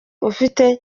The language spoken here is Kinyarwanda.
ufite